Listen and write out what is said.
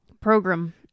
Program